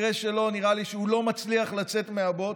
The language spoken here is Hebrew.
במקרה שלו נראה לי שהוא לא מצליח לצאת מהבוץ.